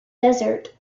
desert